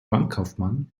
bankkaufmann